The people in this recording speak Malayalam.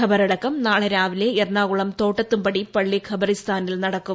ഖബറടക്കം നാളെ രാവിലെ എറണാകുളം തോട്ടത്തുംപടി പള്ളി ഖബറിസ്ഥാനിൽ നടക്കും